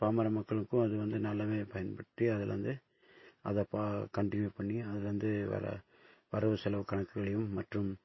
பாமர மக்களுக்கும் அது வந்து நல்லாவே பயன்பட்டு அதில் வந்து அதை பா கண்டினியூ பண்ணி அதுலேருந்து வர வரவு செலவு கணக்குகளையும் மற்றும்